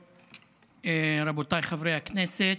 רבותיי חברי הכנסת,